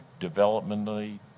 developmentally